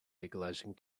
legalizing